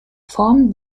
form